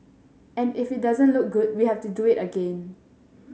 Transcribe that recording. and if it doesn't look good we have to do it again